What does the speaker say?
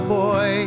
boy